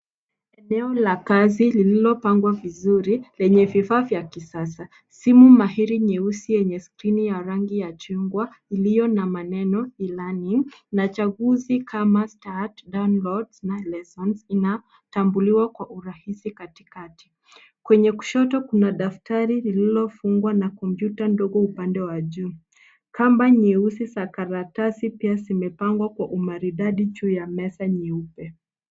Eneo la kazi liliopangwa vizuri lenye vifaa vya kisasa. Simu mahiri nyeusi yenye skrini ya rangi ya chungwa ikiwa na maneno ilani na chaguzi kama start downloads na lessons inatambuliwa kwa urahisi katikati. Kwenye kushoto kuna daftari lililofungwa na kompyuta ndogo upande wa juu. Kamba nyeusi za karatasi zimepangwa kwa umaridadi juu ya meza.